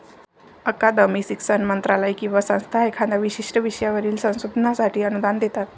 अकादमी, शिक्षण मंत्रालय किंवा संस्था एखाद्या विशिष्ट विषयावरील संशोधनासाठी अनुदान देतात